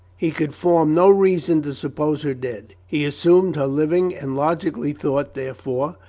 he could form no reasons to suppose her dead. he assumed her living, and logically thought, therefore,